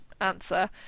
answer